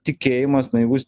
tikėjimas naivus